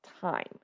time